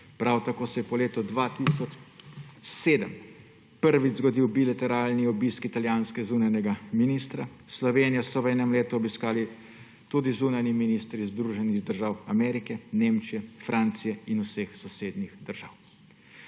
Prav tako se je po letu 2007 prvič zgodil bilateralni obisk italijanskega zunanjega ministra. Slovenijo so v enem letu obiskali tudi zunanji ministri iz Združenih držav Amerike, Nemčije, Francije in vseh sosednjih držav.